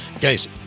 Guys